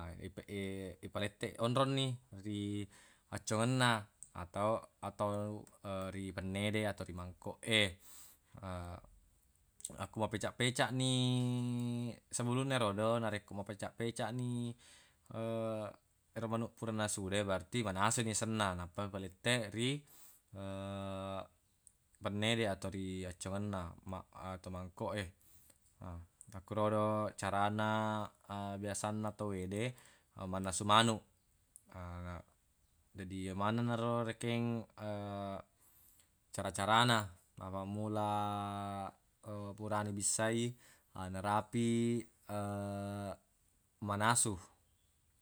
Ipe- ipaletteq onronni ri paccongenna atau atau ri fenne de atau ri mangkoq e akku mapecaq-pecaq ni sebelumna erodo narekko mapecaq-pecaq ni ero manuq pura nasu de berarti manasuni asenna nappa paletteq ri penne de atau ri accuangenna ma- atau mangkoq e. He makkerodo carana biasanna tawwede mannasu manuq, jadi yemaneng naro rekeng cara-carana mappammula purana ibissai narapi manasu.